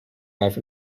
off